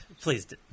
Please